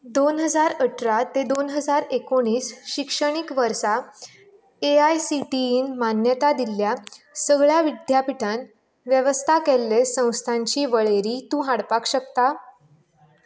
दोन हजार अठरा ते दोन हजार एकोणीस शिक्षणीक वर्सा ए आय सी टी ईन मान्यता दिल्ल्या सगळ्या विद्यापीठान वेवस्था केल्ले संस्थांची वळेरी तूं हाडपाक शकता